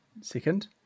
second